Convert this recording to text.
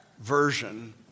version